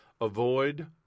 Avoid